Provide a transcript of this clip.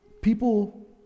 People